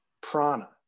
prana